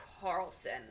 Carlson